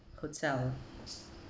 hotel